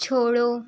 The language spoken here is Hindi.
छोड़ो